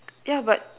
yeah but